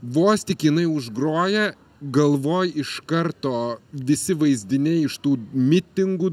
vos tik jinai užgroja galvoj iš karto visi vaizdiniai iš tų mitingų